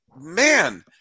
man